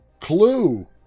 Clue